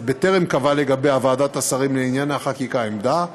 בטרם קבעה ועדת השרים לענייני חקיקה עמדה לגביה,